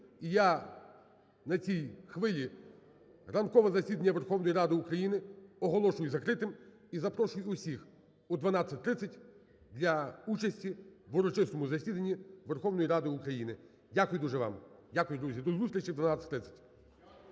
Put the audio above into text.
І я на цій хвилі ранкове засідання Верховної Ради України оголошую закритим і запрошую усіх о 12:30 для участі в урочистому засіданні Верховної Ради України. Дякую дуже вам. Дякую, друзі. До зустрічі в 12:30.